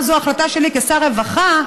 אמר: זו החלטה שלי כשר רווחה,